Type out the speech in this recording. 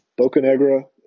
Bocanegra